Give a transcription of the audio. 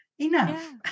Enough